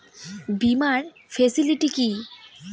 বীমার ফেসিলিটি কি?